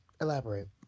Elaborate